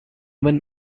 when